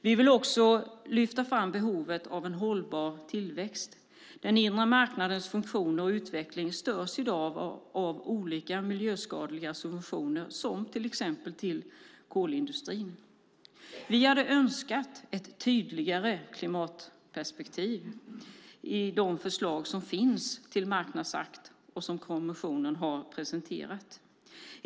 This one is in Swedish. Vi vill lyfta fram behovet av en hållbar tillväxt. Den inre marknadens funktioner och utveckling störs i dag av olika miljöskadliga subventioner, till exempel till kolindustrin. Vi hade önskat ett tydligare klimatperspektiv i de förslag till marknadsakt som kommissionen har presenterat.